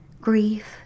grief